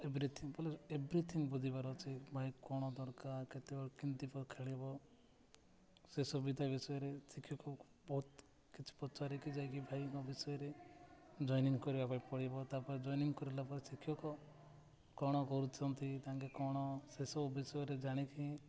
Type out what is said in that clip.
everything ବୋଲେ everything ବୁଝିବାର ଅଛି ଭାଇ କ'ଣ ଦରକାର କେତେବେଳେ କିଏ ଖେଳିବ ସେ ସୁବିଧା ବିଷୟରେ ଶିକ୍ଷକ ବହୁତ କିଛି ପଚାରିକି ଯାଇକି ଭାଇଙ୍କ ବିଷୟରେ ଜଏନିଂ କରିବା ପାଇଁ ପଡ଼ିବ ତାପରେ ଜଏନିଂ କରିଲା ପରେ ଶିକ୍ଷକ କ'ଣ କରୁଛନ୍ତି ତାଙ୍କୁ କ'ଣ ସେସବୁ ବିଷୟରେ ଜାଣିକି